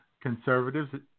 conservatives